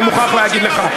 אני מוכרח להגיד לך,